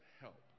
help